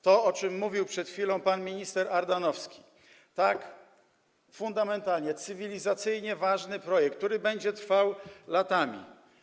To, o czym mówił przed chwilą pan minister Ardanowski, to tak fundamentalnie, cywilizacyjnie ważny projekt, który będzie trwał latami.